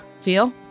feel